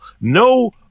No